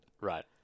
Right